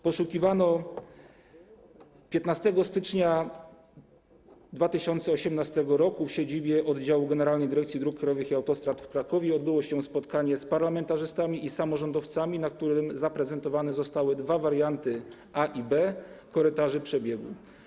15 stycznia 2018 r. w siedzibie oddziału Generalnej Dyrekcji Dróg Krajowych i Autostrad w Krakowie odbyło się spotkanie z parlamentarzystami i samorządowcami, na którym zaprezentowane zostały dwa warianty, A i B, korytarzy przebiegu.